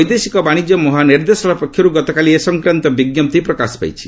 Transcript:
ବୈଦେଶିକ ବାଣିଜ୍ୟ ମହାନିର୍ଦ୍ଦେଶାଳୟ ପକ୍ଷରୁ ଗତକାଲି ଏ ସଂକ୍ରାନ୍ତ ବିଜ୍ଞପ୍ତି ପ୍ରକାଶ ପାଇଛି